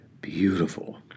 Beautiful